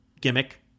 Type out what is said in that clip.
gimmick